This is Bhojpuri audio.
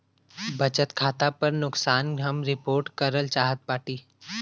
बचत खाता पर नुकसान हम रिपोर्ट करल चाहत बाटी